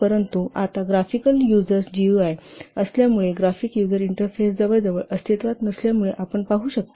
परंतु आता graphic user interface GUI असल्यामुळे प्रोग्राम इंटरऍक्टिव्ह होता